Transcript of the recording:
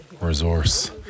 resource